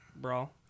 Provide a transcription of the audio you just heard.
Brawl